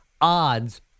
odds